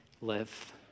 live